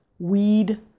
weed